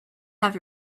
have